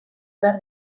behar